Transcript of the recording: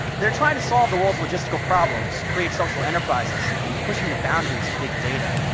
they're trying to solve the world's logistical problems, create social enterprises, and pushing the boundaries of big data.